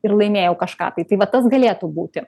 ir laimėjau kažką tai tai va tas galėtų būti